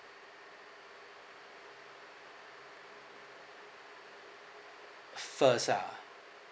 first ah